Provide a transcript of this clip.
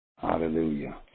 Hallelujah